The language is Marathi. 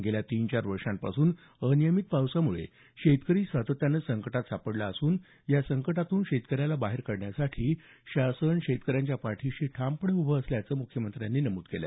गेल्या तीन चार वर्षापासून अनियमित पावसामुळे शेतकरी सातत्यानं संकटात सापडला असून या संकटातून बाहेर काढण्यासाठी शासन शेतकऱ्यांच्या पाठीशी ठामपणे उभं असल्याचं मुख्यमंत्र्यांनी नमूद केलं